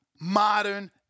Modern